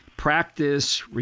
practice